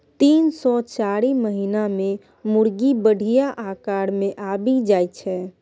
तीन सँ चारि महीना मे मुरगी बढ़िया आकार मे आबि जाइ छै